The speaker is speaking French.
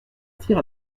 partir